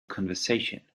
conversation